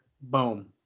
Boom